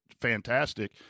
fantastic